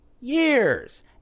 years